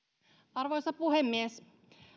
arvoisa puhemies